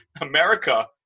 America